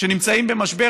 שנמצאים במשבר,